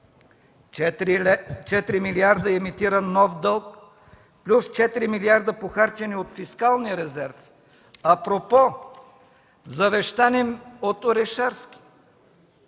4 милиарда емитиран нов дълг плюс 4 милиарда, похарчени от фискалния резерв, апропо завещани им от Орешарски,